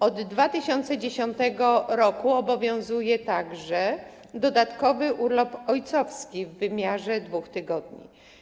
Od 2010 r. obowiązuje także dodatkowy urlop ojcowski w wymiarze 2 tygodni.